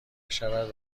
شود